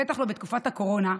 בטח שלא בתקופת הקורונה,